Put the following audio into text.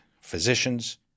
physicians